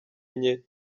enye